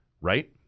Right